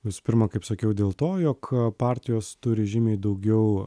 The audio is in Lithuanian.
visų pirma kaip sakiau dėl to jog partijos turi žymiai daugiau